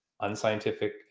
unscientific